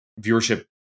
viewership